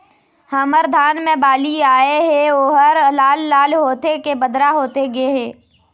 हमर धान मे बाली आए हे ओहर लाल लाल होथे के बदरा होथे गे हे?